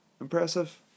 Impressive